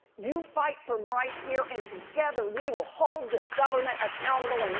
you fight from right here and together we will hold this government accountable